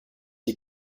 die